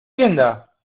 tienda